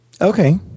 Okay